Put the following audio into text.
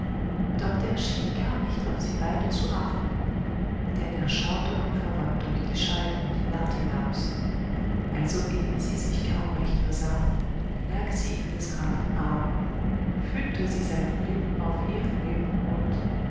doch der schien gar nicht auf sie beide zu achten denn er schaute unverwandt durch die scheiben in die nacht hinaus also ehe sie sich kaum recht versah lag sie in des grafen armen fühlte sie seine lippen auf ihren lippen und